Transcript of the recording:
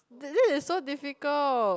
this is so difficult